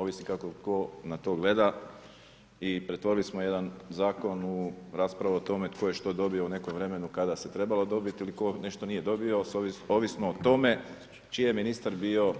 Ovisi kako tko na to gleda i pretvorili smo jedan zakon u raspravu o tome tko je što dobio u nekom vremenu kada se trebalo dobiti ili tko nešto nije dobio ovisno o tome čiji je ministar bio …,